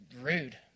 rude